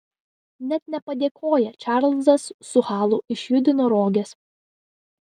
net nepadėkoję čarlzas su halu išjudino roges